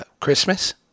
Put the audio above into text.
Christmas